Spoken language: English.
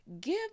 Give